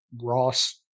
Ross